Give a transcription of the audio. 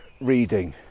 reading